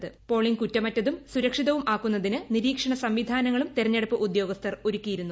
polling കുറ്റമറ്റതും സുരക്ഷിതവും ആക്കുന്നതിന് നിരീക്ഷണ സംവിധാനങ്ങളും തിരഞ്ഞെടുപ്പ് ഉദ്യോഗസ്ഥർ ഒരുക്കിയിരുന്നു